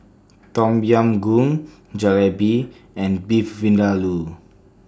Tom Yam Goong Jalebi and Beef Vindaloo